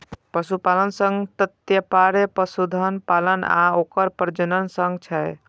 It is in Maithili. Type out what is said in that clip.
पशुपालन सं तात्पर्य पशुधन पालन आ ओकर प्रजनन सं छै